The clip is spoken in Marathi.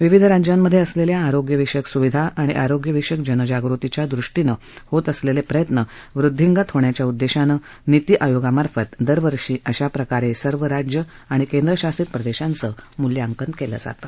विविध राज्यांमधे असलेल्या आरोग्यविषयक सुविधा आणि आरोग्यविषयक जनजागृतीच्या दुष्टीनं होत असलेले प्रयत्न वृद्धींगत होण्याच्या उद्देशानं नीती आयोगामार्फत दरवर्षी अशाप्रकारे सर्व राज्य आणि केंद्रशासित प्रदेशांचं मूल्यांकन केलं जातं